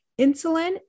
Insulin